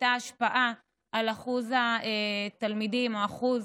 הייתה השפעה על אחוז התלמידים או אחוז